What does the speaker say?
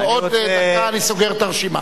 עוד דקה אני סוגר את הרשימה.